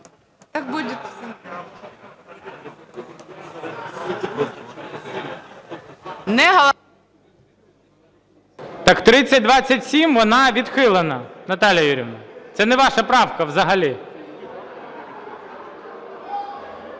Так 3027, вона відхилена, Наталія Юріївна. Це не ваша правка взагалі.